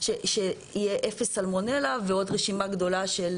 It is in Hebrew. שיהיה אפס סלמונלה ועוד רשימה גדולה של